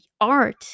art